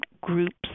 groups